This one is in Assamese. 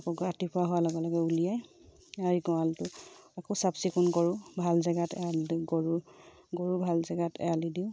আকৌ ৰাতিপুৱা হোৱাৰ লগে লগে উলিয়াই গঁৱালটো আকৌ চাফ চিকুণ কৰোঁ ভাল জেগাত এৰাল দি গৰু গৰু ভাল জেগাত এৰাল দি দিওঁ